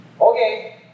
okay